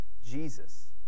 Jesus